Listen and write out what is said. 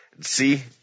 See